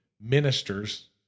ministers